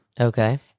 Okay